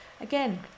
again